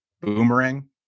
boomerang